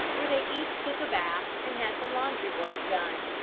where they each took a bath and had some laundry-work done.